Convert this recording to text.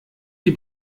die